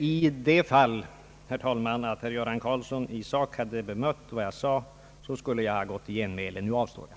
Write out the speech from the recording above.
I det fall, herr talman, att herr Göran Karlsson i sak hade bemött vad jag sade, skulle jag ha gått i svaromål. Nu avstår jag.